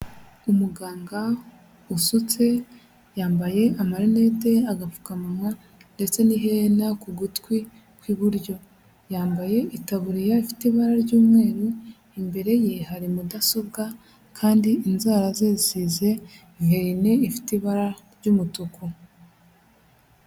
Umuganga usutse yambaye amarinete, agapfukamunwa ndetse n'iherena ku gutwi kw'iburyo, yambaye itaburiya ifite ibara ry'umweru, imbere ye hari mudasobwa kandi inzara ze zisize verine ifite ibara ry'umutuku.